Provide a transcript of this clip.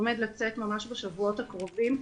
עומד לצאת ממש בשבועות הקרובים.